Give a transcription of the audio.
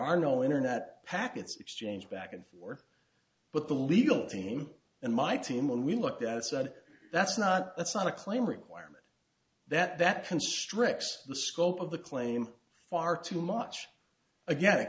are no internet packets exchanged back and forth but the legal team and my team when we looked at it said that's not that's not a claim requirement that that constricts the scope of the claim far too much again it